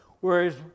whereas